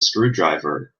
screwdriver